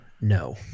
No